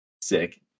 Sick